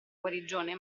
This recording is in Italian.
guarigione